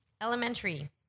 Elementary